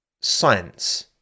Science